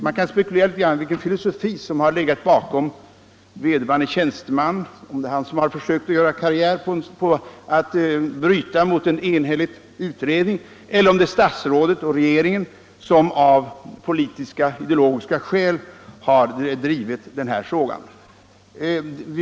Man kan spekulera litet i vilken filosofi som legat bakom förändringarna: om vederbörande tjänsteman försökt göra karriär genom att bryta mot en enhällig utredning eller om det är statsrådet och regeringen som av ideologiska och politiska skäl har drivit den här frågan.